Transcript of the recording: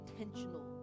intentional